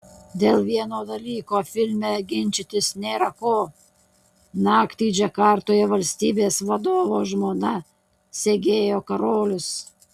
dėl vieno dalyko filme ginčytis nėra ko naktį džakartoje valstybės vadovo žmona segėjo karolius